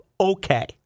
okay